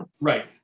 Right